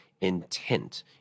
intent